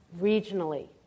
regionally